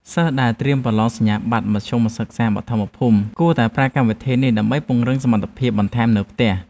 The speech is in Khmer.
សិស្សដែលត្រៀមប្រឡងសញ្ញាបត្រមធ្យមសិក្សាបឋមភូមិគួរតែប្រើប្រាស់កម្មវិធីនេះដើម្បីពង្រឹងសមត្ថភាពបន្ថែមនៅផ្ទះ។